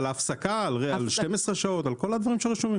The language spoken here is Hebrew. על הפסקה, על 12 שעות, על כל הדברים שרשומים.